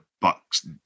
Bucks